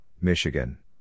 Michigan